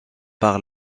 par